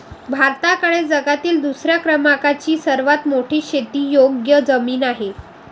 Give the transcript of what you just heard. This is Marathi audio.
भारताकडे जगातील दुसऱ्या क्रमांकाची सर्वात मोठी शेतीयोग्य जमीन आहे